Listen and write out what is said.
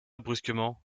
brusquement